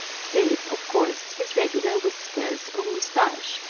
save, of course, his regular whiskers or mustache,